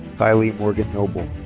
kylie morgan noble.